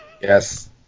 Yes